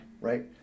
Right